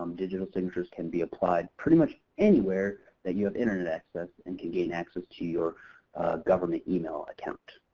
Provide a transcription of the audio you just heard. digital signatures can be applied pretty much anywhere that you have internet access and can gain access to your government email account.